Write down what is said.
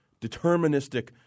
deterministic